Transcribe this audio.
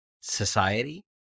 society